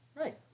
Right